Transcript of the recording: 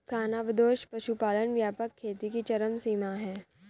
खानाबदोश पशुपालन व्यापक खेती की चरम सीमा है